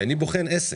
כי אני בוחן עסק,